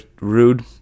rude